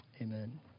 Amen